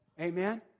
Amen